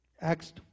Acts